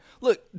Look